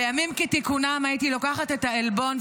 בימים כתיקונם הייתי לוקחת את העלבון,